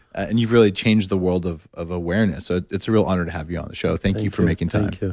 and you've really changed the world of of awareness, so it's a real honor to have you on the show. thank you for making time thank